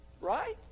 Right